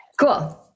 Cool